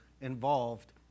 involved